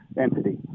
entity